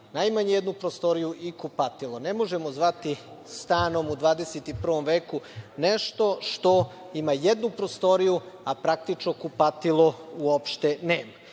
najmanje jednu prostoriju i kupatilo. Ne možemo zvati stanom u 21. veku nešto što ima jednu prostoriju, a praktično kupatilo uopšte nema.